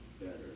better